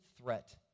threat